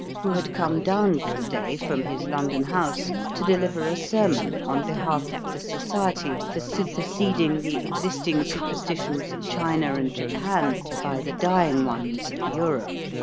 who had come down for the day from his london house to deliver a sermon on behalf of the society for superseding the existing superstitions of china and japan by the dying ones of europe.